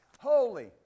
Holy